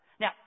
Now